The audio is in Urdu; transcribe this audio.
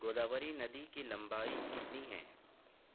گوداوری ندی کی لمبائی کتنی ہے